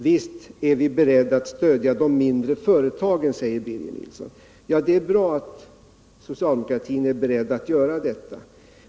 Visst är vi beredda att stödja de mindre företagen, säger Birger Nilsson. Det är bra att socialdemokratin är beredd att göra det.